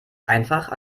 einfach